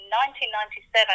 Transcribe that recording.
1997